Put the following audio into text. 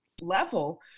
level